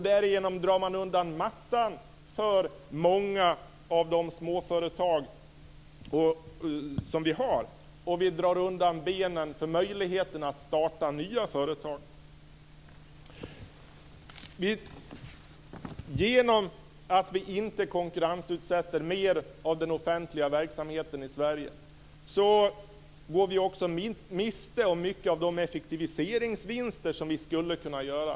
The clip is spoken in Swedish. Därigenom drar man ju undan mattan för många av de småföretag som finns i vårt land. Dessutom slår vi så att säga undan benen när det gäller möjligheterna att starta nya företag. Genom att vi inte konkurrensutsätter mer av den offentliga verksamheten i Sverige går vi miste om mycket av de effektiviseringsvinster som vi skulle kunna göra.